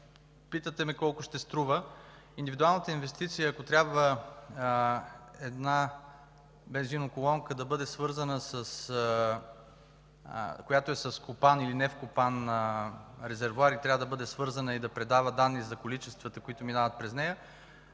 Питате ме: колко ще струва? Индивидуалната инвестиция, ако една бензиноколонка, която е с вкопан или невкопан резервоар и трябва да бъде свързана и да предава данни за количествата, които минават през нея,